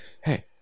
hey